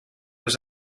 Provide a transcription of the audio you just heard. was